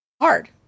hard